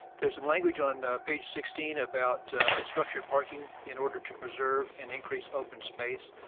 there's language on page sixteen about structured parking in order to preserve and increase open space.